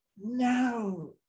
now